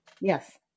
Yes